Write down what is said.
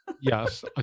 Yes